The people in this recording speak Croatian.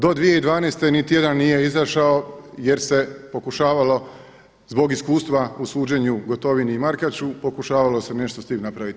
Do 2012. niti jedan nije izašao jer se pokušavalo zbog iskustva u suđenju Gotovini i Markaču pokušavalo se nešto s tim napraviti.